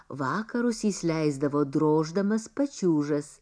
vakarus jis leisdavo droždamas pačiūžas